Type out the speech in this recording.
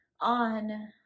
on